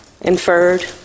Inferred